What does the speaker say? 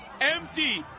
empty